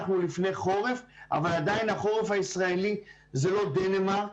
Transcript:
אנחנו לפני חורף אבל עדיין החורף הישראלי זה לא דנמרק